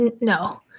No